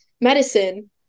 medicine